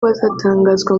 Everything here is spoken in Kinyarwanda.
bazatangazwa